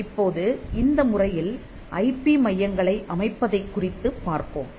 இப்போது இந்த முறையில் ஐபி மையங்களை அமைப்பதைக் குறித்துப் பார்ப்போம்